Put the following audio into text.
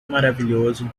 maravilhoso